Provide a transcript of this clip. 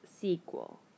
sequel